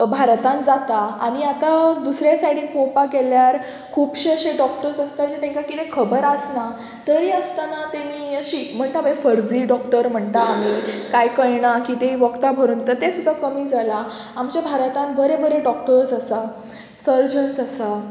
भारतान जाता आनी आतां दुसऱ्या सायडीन पोवपाक गेल्यार खुबशे अशे डॉक्टर्स आसता जे तांकां कितें खबर आसना तरी आसतना तेणी अशी म्हणटा मागीर फर्जी डॉक्टर म्हणटा आमी कांय कयणा कितेंय वखदां भरून तें सुद्दां कमी जालां आमच्या भारतान बरे बरे डॉक्टर्स आसा सर्जन्स आसा